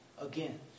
again